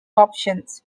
options